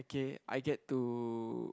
K I get to